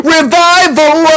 Revival